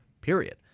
period